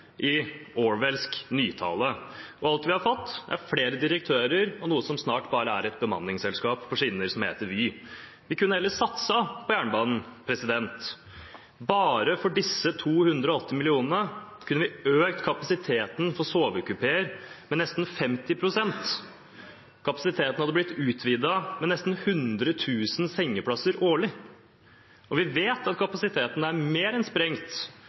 i orwellsk nytale. Og alt vi har fått, er flere direktører og noe som snart bare er et bemanningsselskap på skinner, som heter Vy. Vi kunne heller ha satset på jernbanen. For disse 280 mill. kr kunne vi økt kapasiteten for sovekupeer med nesten 50 pst. Kapasiteten hadde blitt utvidet med nesten 100 000 sengeplasser årlig. Og vi vet at kapasiteten er mer enn sprengt